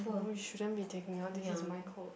no you shouldn't be taking out this is my coat